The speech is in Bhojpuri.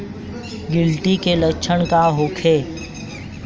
गिलटी के लक्षण का होखे?